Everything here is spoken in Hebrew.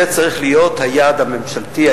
זה צריך להיות היעד הממשלתי,